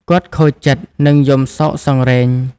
គាត់ខូចចិត្ត និងយំសោកសង្រេង។